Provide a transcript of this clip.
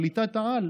שליטת-העל.